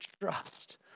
trust